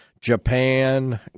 Japan